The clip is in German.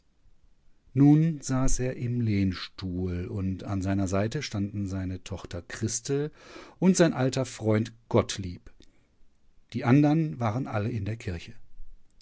nun saß er im lehnstuhl und an seiner seite standen seine tochter christel und sein alter freund gottlieb die andern waren alle in der kirche